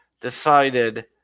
decided